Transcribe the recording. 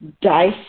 dice